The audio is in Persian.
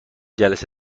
جلسه